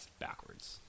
backwards